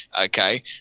okay